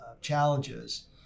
challenges